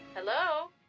Hello